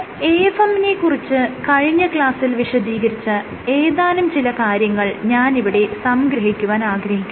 slide 0528 കാണുക AFM നെ കുറിച്ച് കഴിഞ്ഞ ക്ലാസ്സിൽ വിശദീകരിച്ച ഏതാനുംചില കാര്യങ്ങൾ ഞാനിവിടെ സംഗ്രഹിക്കുവാൻ ആഗ്രഹിക്കുന്നു